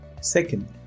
Second